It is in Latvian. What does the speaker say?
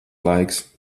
laiks